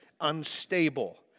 unstable